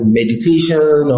meditation